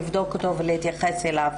לבדוק אותו ולהתייחס אליו.